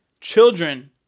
children